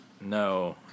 No